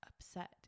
upset